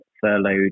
furloughed